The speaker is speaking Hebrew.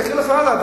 אני אקריא לך הלאה,